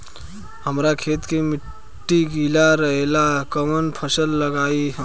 हमरा खेत के मिट्टी गीला रहेला कवन फसल लगाई हम?